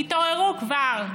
תתעוררו כבר.